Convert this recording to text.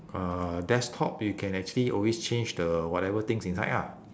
uh desktop you can actually always change the whatever things inside lah